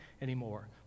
anymore